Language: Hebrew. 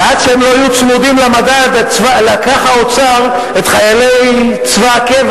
ועד שהם לא יהיו צמודים למדד לקח האוצר את חיילי צבא הקבע